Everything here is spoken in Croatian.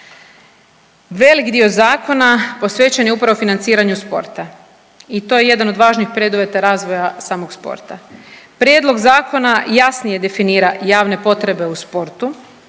Velik dio zakona posvećen je upravo financiranju sporta i to je jedan od važnih preduvjeta razvoja samog sporta. Prijedlog zakona jasnije definira javne potrebe u sportu,